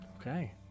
Okay